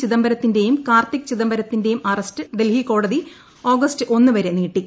ചിദംബരത്തിന്റെയും കാർത്തിക് ചിദംബരത്തിന്റെയും അറസ്റ്റ് ഡൽഹി കോടതി ആഗസ്റ്റ് ഒന്നുവരെ നീട്ടി